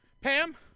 Pam